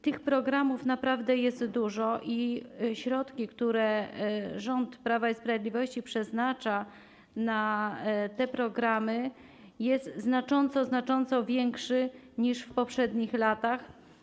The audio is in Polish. Tych programów naprawdę jest dużo i środki, które rząd Prawa i Sprawiedliwości przeznacza na te programy, są znacząco większe niż w poprzednich latach.